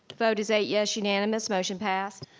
vote is eight yes, unanimous, motion passed.